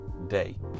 day